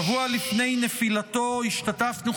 שבוע לפני נפילתו השתתפנו,